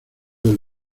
del